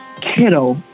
kiddo